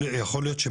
יכול להיות,